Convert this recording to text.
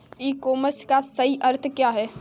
ई commerce का सही अर्थ क्या है?